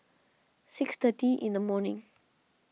six thirty in the morning